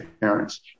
parents